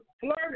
Flirt